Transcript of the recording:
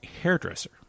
hairdresser